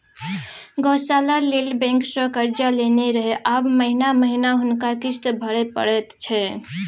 गौशाला लेल बैंकसँ कर्जा लेने रहय आब महिना महिना हुनका किस्त भरय परैत छै